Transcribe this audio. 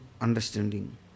understanding